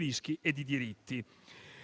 rischi e dei diritti.